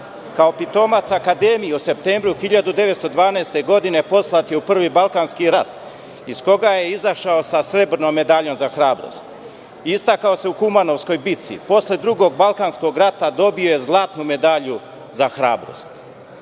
pitomac Akademije u septembru 1912. godine poslat je u Prvi balkanski rat, iz koga je izašao sa srebrnom medaljom za hrabrost. Istakao se u Kumanovskoj bici. Posle Drugog balkanskog rata dobio je zlatnu medalju za hrabrost.